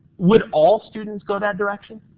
would all students go that direction?